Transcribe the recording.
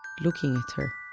looking at her.